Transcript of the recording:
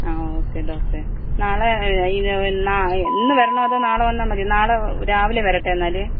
ആ ഓക്കെ ഡോക്ടറെ നാളെ ഈ ന്നാ ഇന്ന് വരണോ അതോ നാളെ വന്നാൽ മതിയോ നാളെ രാവിലെ വരട്ടെ എന്നാല്